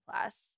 plus